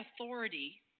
authority